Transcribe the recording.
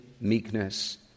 meekness